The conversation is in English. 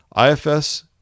IFS